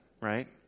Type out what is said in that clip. right